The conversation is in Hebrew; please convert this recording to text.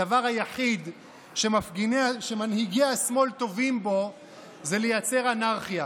הדבר היחיד שמנהיגי השמאל טובים בו הוא לייצר אנרכיה